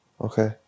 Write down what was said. okay